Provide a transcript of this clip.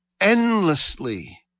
endlessly